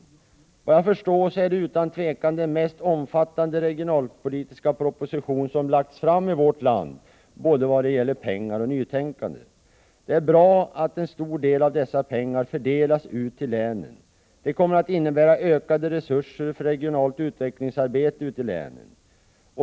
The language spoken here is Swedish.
Efter vad jag förstår är det utan tvivel den mest omfattande regionalpolitiska proposition som lagts fram i vårt land både när det gäller pengar och när det gäller nytänkande. Det är bra att en stor del av dessa pengar fördelas ut till länen. Det kommer att innebära ökade resurser för regionalt utvecklingsarbete i länen.